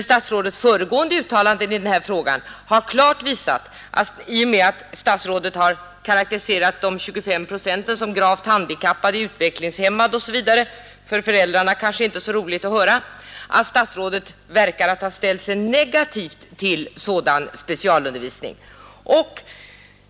Statsrådets föregående uttalanden i denna fråga har klart visat att statsrådet genom att karakterisera de 25 procenten såsom gravt handikappade, utvecklingshämmade osv. — kanske inte så roligt att höra för föräldrarna — har ställt sig negativ till sådan specialundervisning.